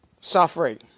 suffering